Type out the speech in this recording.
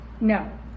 no